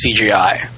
cgi